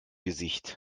gesicht